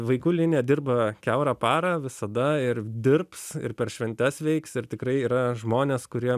vaikų linija dirba kiaurą parą visada ir dirbs ir per šventes veiks ir tikrai yra žmonės kurie